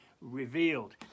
revealed